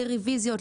לרביזיות,